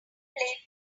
played